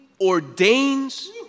ordains